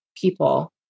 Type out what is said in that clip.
people